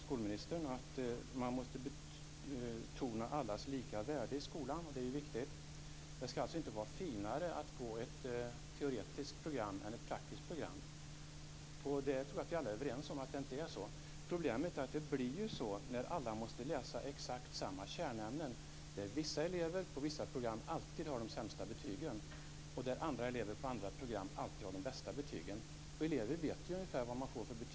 Skolministern sade att man måste betona allas lika värde i skolan. Detta är viktigt. Det skall alltså inte vara finare att gå på ett teoretiskt program än på ett praktiskt program. Jag tror att vi alla är överens om detta. Problemet är dock att det blir så när alla måste läsa exakt samma kärnämnen. Vissa elever på vissa program har alltid de sämsta betygen, medan andra elever på andra program alltid har de bästa betygen. Eleverna vet ungefär vilka betyg de får.